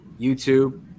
YouTube